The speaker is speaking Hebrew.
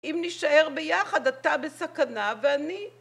אם נשאר ביחד אתה בסכנה ואני